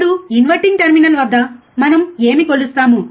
ఇప్పుడు inverting terminal వద్ద మనం ఏమి కొలుస్తాము